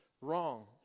wrong